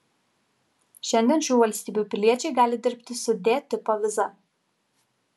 šiandien šių valstybių piliečiai gali dirbti su d tipo viza